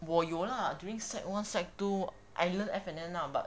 我有 lah during sec one sec two I learned F&N lah but